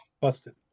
busted